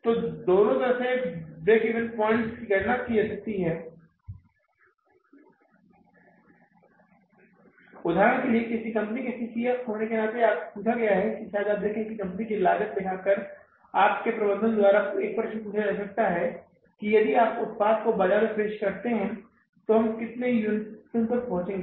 तो दोनों तरह से ब्रेक ईवन पॉइंट की गणना की जा सकती है उदाहरण के लिए आपने कंपनी के CCF होने के नाते पूछा या शायद यह देखें कि कंपनी का लागत लेखाकार आपके प्रबंधन द्वारा एक प्रश्न पूछा जा सकता है कि यदि आप इस उत्पाद को बाजार में पेश करते हैं कि हम कितने यूनिटों तक पहुँचेंगे